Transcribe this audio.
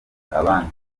abandi